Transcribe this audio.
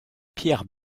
pierre